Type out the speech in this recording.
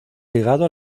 ligado